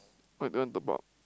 why you don't want top up